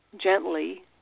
gently